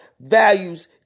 values